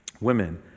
Women